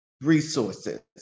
resources